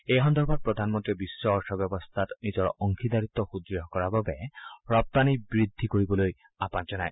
এই সন্দৰ্ভত প্ৰধানমন্ত্ৰীয়ে বিশ্ব অৰ্থ ব্যৱস্থাত নিজৰ অংশীদাৰিত্ব সুদ্ঢ় কৰাৰ বাবে ৰপ্তানি বৃদ্ধি কৰিবলৈ আহবান জনায়